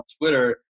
Twitter